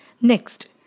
Next